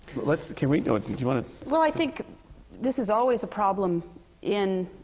let's can we oh, do you want to well, i think this is always a problem in